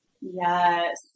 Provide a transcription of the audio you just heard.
Yes